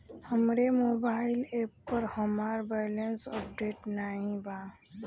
हमरे mobile app पर हमार बैलैंस अपडेट नाई बा